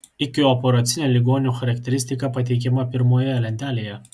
ikioperacinė ligonių charakteristika pateikiama pirmoje lentelėje